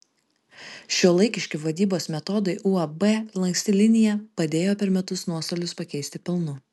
šiuolaikiški vadybos metodai uab lanksti linija padėjo per metus nuostolius pakeisti pelnu